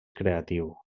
creatiu